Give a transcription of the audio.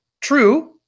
True